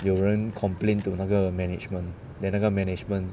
有人 complain to 那个 management then 那个 management